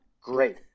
Great